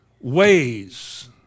ways